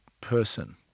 person